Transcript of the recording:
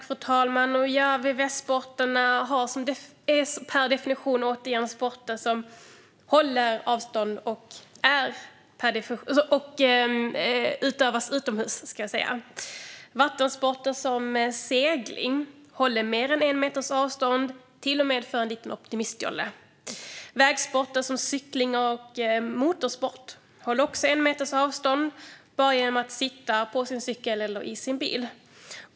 Fru talman! VVS-sporterna är - återigen - per definition sporter där man håller avstånd och sporter som utövas utomhus. I vattensporter som segling håller man mer än en meters avstånd, till och med när det gäller en liten optimistjolle. I vägsporter som cykling och motorsport håller man en meters avstånd bara genom att sitta på sin cykel eller i sin bil.